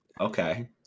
okay